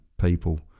people